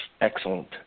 Excellent